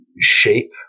shape